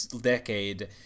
decade